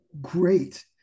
great